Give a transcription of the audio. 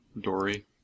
Dory